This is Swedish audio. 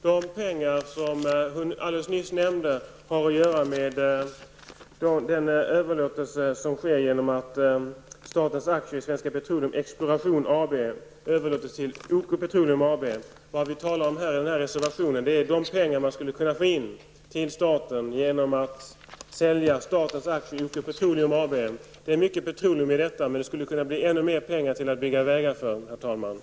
De pengar som hon alldeles nyss nämnde har samband med den överlåtelse som sker genom att statens aktier i OK Petroleum AB. Det vi reservanter talar om i reservation nr 1 är de pengar man skulle kunna få in till staten genom att sälja statens aktier i OK Herr talman! Det är mycket petroleum i detta, men det skulle kunna bli ännu mer pengar till att bygga vägar med.